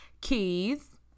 Keys